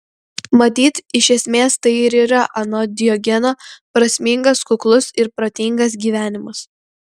matyt iš esmės tai ir yra anot diogeno prasmingas kuklus ir protingas gyvenimas